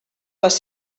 les